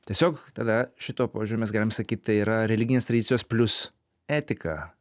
tiesiog tada šituo požiūriu mes galim sakyt tai yra religinės tradicijos plius etika